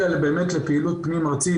אלא באמת לפעילות פנים ארצית,